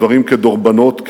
דברים כדרבונות,